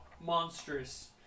monstrous